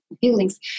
feelings